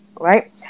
Right